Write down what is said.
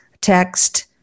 text